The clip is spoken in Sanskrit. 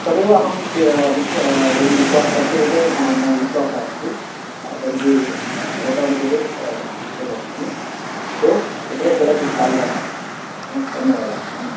तदेव अहं एवं तस्य उपरि मम विश्वासः अस्ति तर्हि भवतां कृते एवं अग्रे चलति कार्याणि धन्यवादः हा हा